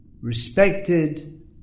respected